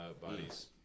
bodies